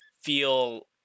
feel